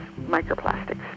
microplastics